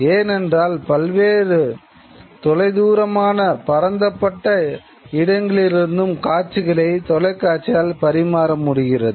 ஏனென்றால் பல்வேறு தொலைதூரமான பரந்தப்பட்ட இடங்களிலிருக்கும் காட்சிகளை தொலைக்காட்சியால் பரிமாற முடிகிறது